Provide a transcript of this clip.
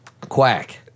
Quack